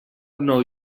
nou